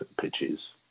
pitches